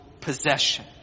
possession